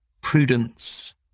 prudence